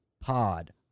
Pod